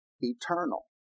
eternal